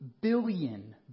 billion